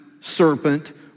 serpent